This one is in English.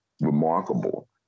remarkable